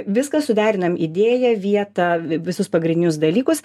viską suderinam idėją vietą visus pagrindinius dalykus